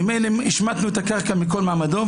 ממילא השמטנו את הקרקע ממעמדו,